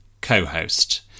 co-host